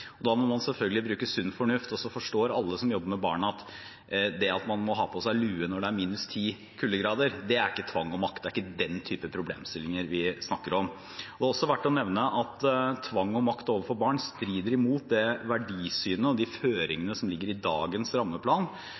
Da må man selvfølgelig bruke sunn fornuft. Alle som jobber med barn, forstår at det at man må ha på seg lue når det er minus ti kuldegrader, det er ikke tvang og makt. Det er ikke den type problemstillinger vi snakker om. Det er også verdt å nevne at tvang og makt overfor barn strider mot det verdisynet og de føringene som ligger i dagens rammeplan,